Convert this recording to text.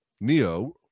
Neo